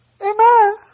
Amen